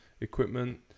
equipment